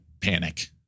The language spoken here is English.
panic